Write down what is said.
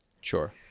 Sure